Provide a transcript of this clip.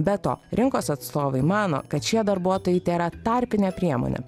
be to rinkos atstovai mano kad šie darbuotojai tėra tarpinė priemonė